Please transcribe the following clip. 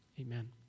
Amen